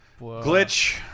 Glitch